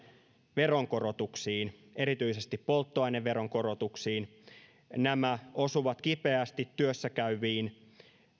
veronkorotuksiin erityisesti polttoaineveron korotuksiin nämä osuvat kipeästi työssäkäyviin